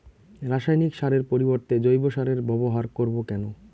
রাসায়নিক সারের পরিবর্তে জৈব সারের ব্যবহার করব কেন?